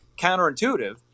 counterintuitive